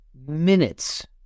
minutes